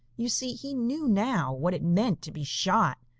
you see, he knew now what it meant to be shot,